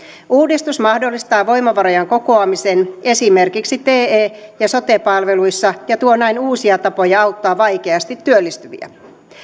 uudistus mahdollistaa voimavarojen kokoamisen esimerkiksi te ja sote palveluissa ja tuo näin uusia tapoja auttaa vaikeasti työllistyviä